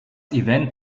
event